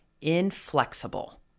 inflexible